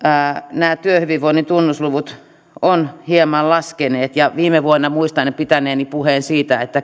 nämä työhyvinvoinnin tunnusluvut ovat hieman laskeneet viime vuonna muistan pitäneeni puheen siitä että